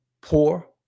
poor